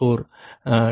0464 2 2